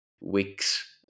weeks